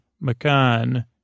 Makan